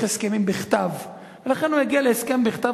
הסכמים בכתב ולכן הוא הגיע להסכם בכתב,